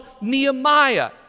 Nehemiah